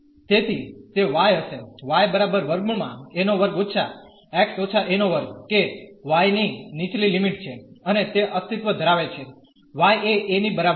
તેથી તે y હશે કે y ની નીચલી લિમિટ છે અને તે અસ્તિત્વ ધરાવે છે y એ a ની બરાબર છે